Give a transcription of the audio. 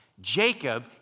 Jacob